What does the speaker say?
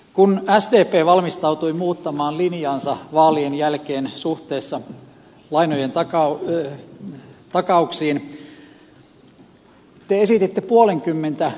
kun sdp valmistautui muuttamaan linjaansa vaalien jälkeen suhteessa lainojen takauksiin te esititte puolenkymmentä ehtoa